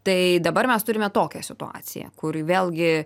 tai dabar mes turime tokią situaciją kuri vėlgi